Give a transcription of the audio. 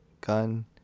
gun